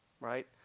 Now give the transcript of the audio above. Right